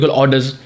orders